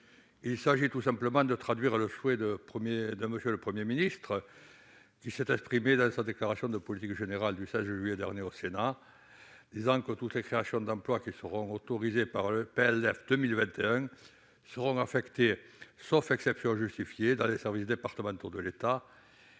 Il s'agit tout simplement de traduire le souhait du Premier ministre qui, lors de sa déclaration de politique générale du 16 juillet dernier au Sénat, a affirmé que toutes les créations d'emplois autorisées par le PLF 2021 seraient destinées, sauf exception justifiée, aux services départementaux de l'État,